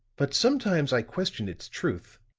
but sometimes i question its truth.